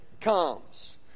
comes